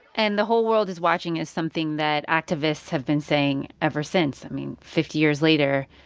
and the whole world is watching is something that activists have been saying ever since. i mean, fifty years later,